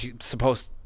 supposed